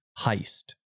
heist